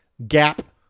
Gap